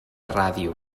ràdio